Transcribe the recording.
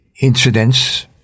incidents